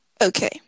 Okay